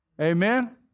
Amen